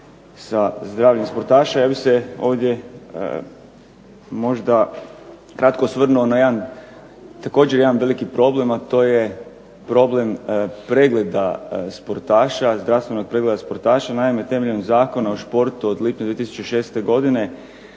sa zdravljem sportaša, ja bih se ovdje možda kratko osvrnuo na jedan također veliki problem, a to je problem zdravstvenog pregleda sportaša. Naime, temeljem Zakona o športu od lipnja 2006. godine